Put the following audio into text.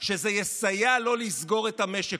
שזה יסייע לא לסגור את המשק,